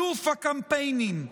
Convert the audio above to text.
אלוף הקמפיינים,